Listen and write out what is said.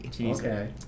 okay